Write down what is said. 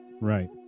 right